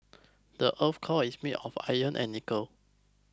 the earth's core is made of iron and nickel